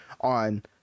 on